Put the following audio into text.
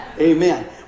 amen